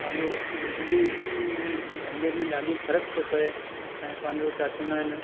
पंहिंजो बिजली में धंधे में ॾाढी फ़र्क़ थो पए ऐं पंहिंजो छा चवंदा आहिनि